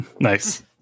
Nice